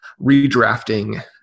redrafting